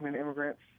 immigrants